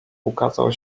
ukazał